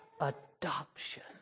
adoption